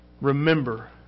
remember